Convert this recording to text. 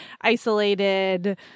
isolated